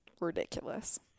ridiculous